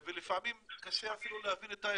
לפעמים קשה אפילו להבין את העברית,